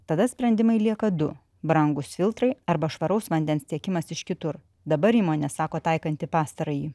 tada sprendimai lieka du brangūs filtrai arba švaraus vandens tiekimas iš kitur dabar įmonė sako taikanti pastarąjį